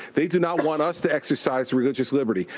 they do not want us to exercise religious liberty.